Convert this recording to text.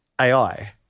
AI